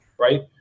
Right